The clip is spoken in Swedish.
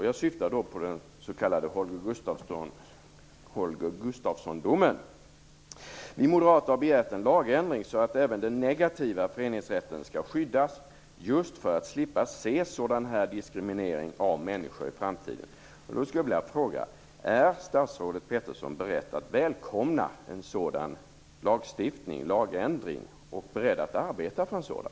Jag syftar på den s.k. Holger Gustafsson-domen. Vi moderater har begärt en lagändring så att även den negativa föreningsrätten skall skyddas just för att slippa se sådan diskriminering av människor i framtiden. Är statsrådet Peterson beredd att välkomna en sådan lagändring och beredd att arbeta för en sådan?